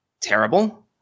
terrible